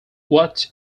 what